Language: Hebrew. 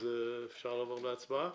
אז אפשר לעבור להצבעה?